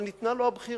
אבל ניתנה לו הבחירה.